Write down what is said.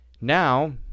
now